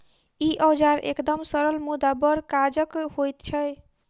ई औजार एकदम सरल मुदा बड़ काजक होइत छै